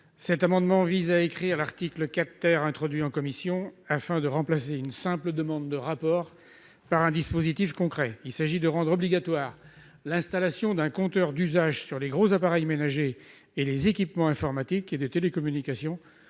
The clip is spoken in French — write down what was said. Cet amendement vise à récrire l'article 4 , introduit en commission, afin de remplacer une simple demande de rapport par un dispositif concret. Il s'agit de rendre obligatoire au 1 janvier 2021 l'installation d'un compteur d'usage sur les gros appareils ménagers et les équipements informatiques et de télécommunication.